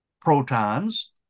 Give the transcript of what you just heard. protons